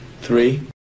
Three